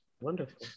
Wonderful